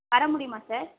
வர முடியுமா சார்